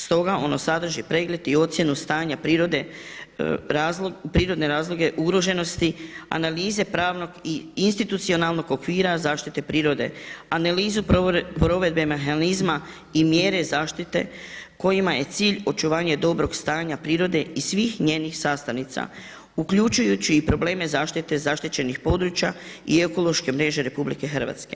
Stoga ono sadrži pregled i ocjenu stanja, prirodne razloge ugroženosti, analize pravnog i institucionalnog okvira zaštite prirode, analizu provedbe mehanizma i mjere zaštite kojima je cilj očuvanje dobrog stanja prirode i svih njenih sastavnica uključujući i probleme zaštite zaštićenih područja i ekološke mreže RH.